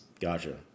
Gotcha